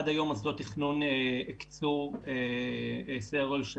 עד היום מוסדות התכנון הקצו סדר גודל של